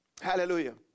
Hallelujah